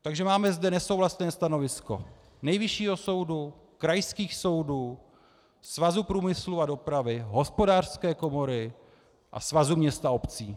Takže zde máme nesouhlasné stanovisko Nejvyššího soudu, krajských soudů, Svazu průmyslu a dopravy, Hospodářské komory a Svazu měst a obcí.